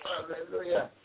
Hallelujah